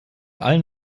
allen